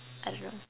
I don't know